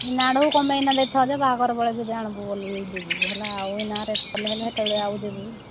ଏଇନା ଆଡ଼ୁ କମେଇକିନା ଦେଇଥାଅ ଯେ ବାହାଘର ବେଳେ ବି ଆଣିବୁ ବୋଲି ଯିବୁ ଭଲା ଆଉ ଏଇନା ରେଟ୍ କଲେ ହେଲେ ସେତେବେଳେ ଆଉ ଯିବୁ